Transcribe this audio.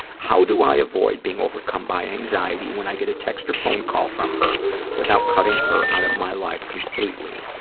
how do i avoid being overcome by anxiety when i get a text or phone call from her without cutting her out of my life completely?